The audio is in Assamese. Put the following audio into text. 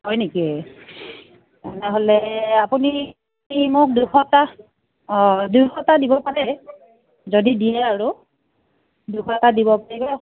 হয় নেকি তেনেহ'লে আপুনি মোক দুশটা অঁ দুশটা দিব পাৰে যদি দিয়ে আৰু দুশটা দিব পাৰিব